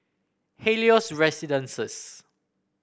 Helios Residences